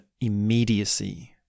immediacy